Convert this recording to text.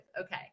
Okay